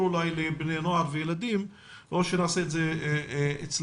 אולי לבני נוער וילדים או שנעשה את זה אצלנו.